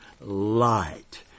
light